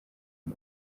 ngo